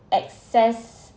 access